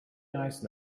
nice